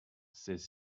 ces